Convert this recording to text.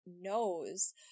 knows